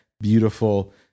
beautiful